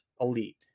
elite